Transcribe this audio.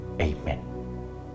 Amen